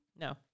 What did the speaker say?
no